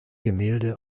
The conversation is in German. gemälde